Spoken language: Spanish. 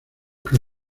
que